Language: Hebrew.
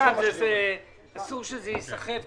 אסור שזה ייסחב.